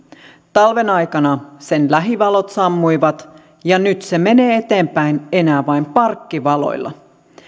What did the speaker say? talven aikana sen lähivalot sammuivat nyt se menee eteenpäin enää vain parkkivaloilla